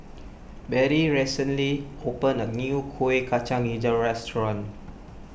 Bettie recently opened a new Kuih Kacang HiJau restaurant